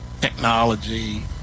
technology